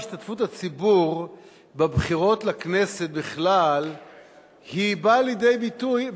השתתפות הציבור בבחירות לכנסת בכלל באה לידי ביטוי,